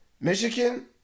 Michigan